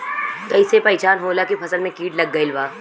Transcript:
कैसे पहचान होला की फसल में कीट लग गईल बा?